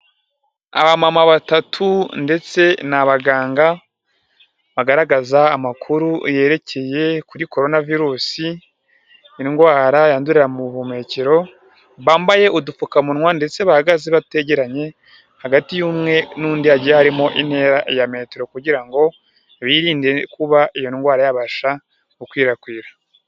Aba mama batatu ndetse n'abaganga bagaragaza amakuru yerekeye kuri coronavirusi, indwara yandurira mu buhumekero; bambaye udupfukamunwa ndetse bahagaze bategeranye, hagati y'umwe n'undi hagiye harimo intera ya metero; kugira ngo birinde kuba iyo ndwara yabasha gukwirakwira.